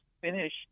finish